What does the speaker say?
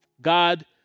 God